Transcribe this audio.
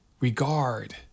regard